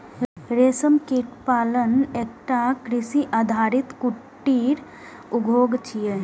रेशम कीट पालन एकटा कृषि आधारित कुटीर उद्योग छियै